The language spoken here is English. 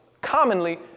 commonly